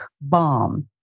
bomb